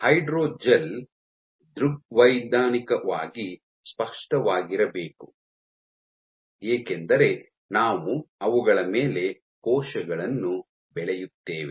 hydrogel ದೃಗ್ವೈಜ್ಞಾನಿಕವಾಗಿ ಸ್ಪಷ್ಟವಾಗಿರಬೇಕು ಏಕೆಂದರೆ ನಾವು ಅವುಗಳ ಮೇಲೆ ಕೋಶಗಳನ್ನು ಬೆಳೆಯುತ್ತೇವೆ